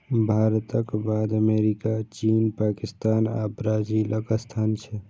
भारतक बाद अमेरिका, चीन, पाकिस्तान आ ब्राजीलक स्थान छै